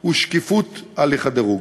ושקיפות הליך הדירוג.